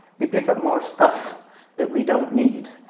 we pick up more stuff that we don't need,